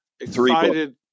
excited